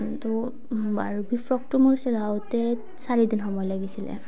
কিন্তু বাৰবি ফ্ৰকটো মোৰ চলাওঁতে চাৰিদিন সময় লাগিছিলে